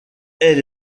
elle